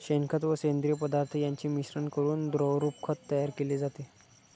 शेणखत व सेंद्रिय पदार्थ यांचे मिश्रण करून द्रवरूप खत तयार केले जाते